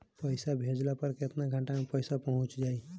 पैसा भेजला पर केतना घंटा मे पैसा चहुंप जाई?